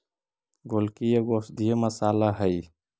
गोलकी एगो औषधीय मसाला हई